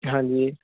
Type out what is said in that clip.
ਹਾਂਜੀ